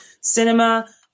Cinema